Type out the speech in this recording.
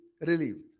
relieved